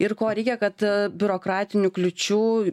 ir ko reikia kad biurokratinių kliūčių